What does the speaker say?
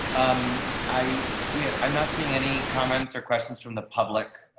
um i we're um not seeing any comments or questions from the public.